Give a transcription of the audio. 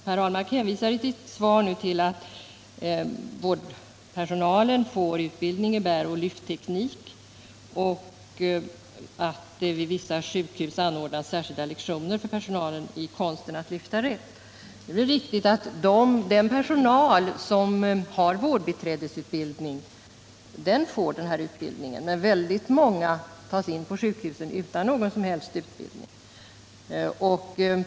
Per Ahlmark hänvisar i sitt svar till att vårdpersonalen får utbildning i bäroch lyftteknik och att vid vissa sjukhus anordnas särskilda lektioner för personalen i konsten att lyfta. Det är riktigt att den personal som har vårdbiträdesutbildning får denna utbildning, men väldigt många börjar arbeta på sjukhusen utan någon som helst utbildning.